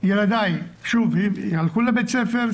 ילדיי הלכו לבתי ספר,